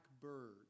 bird